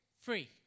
free